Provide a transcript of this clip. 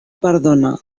perdona